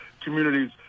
communities